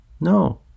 No